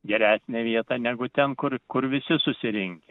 geresnę vietą negu ten kur kur visi susirinkę